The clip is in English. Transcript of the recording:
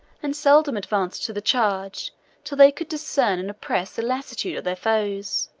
and seldom advanced to the charge till they could discern and oppress the lassitude of their foes.